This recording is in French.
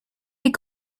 les